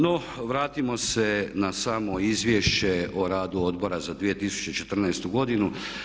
No, vratimo se na samo Izvješće o radu Odbora za 2014. godinu.